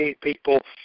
people